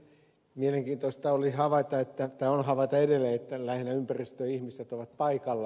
on mielenkiintoista havaita että lähinnä ympäristöihmiset ovat paikalla